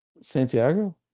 Santiago